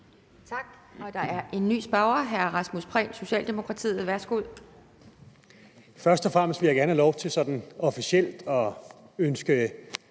Tak. Der er en ny spørger. Hr. Rasmus Prehn, Socialdemokratiet. Værsgo. Kl. 11:50 Rasmus Prehn (S): Først og fremmest vil jeg gerne have lov til sådan officielt at ønske